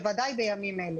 בוודאי בימים אלה.